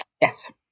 Yes